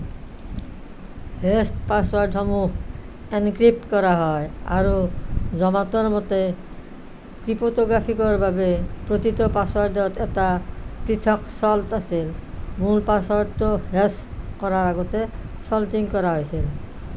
hashed পাছৱৰ্ডসমূহ encrypt কৰা হয় আৰু জোমাটোৰ মতে ক্ৰিপট'গ্ৰাফিকৰ বাবে প্ৰতিটো পাছৱৰ্ডত এটা পৃথক চল্ট আছিল মূল পাছৱৰ্ডটো হেছ কৰাৰ আগতে চল্টিং কৰা হৈছিল